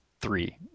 three